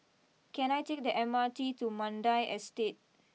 can I take the M R T to Mandai Estate